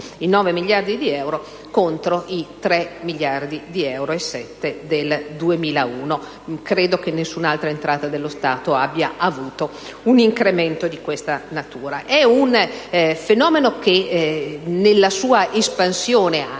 ai 9 miliardi di euro, contro i 3,7 miliardi di euro del 2001. Credo che nessun'altra entrata dello Stato abbia avuto un incremento di questa natura. È un fenomeno che, nella sua espansione, ha